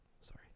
Sorry